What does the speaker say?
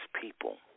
people